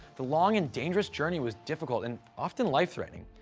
the long and dangerous journey was difficult and often life threatening.